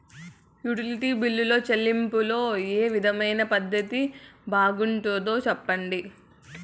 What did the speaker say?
Utility బిల్లులో చెల్లింపులో ఏ విధమైన పద్దతి బాగుంటుందో సెప్పండి?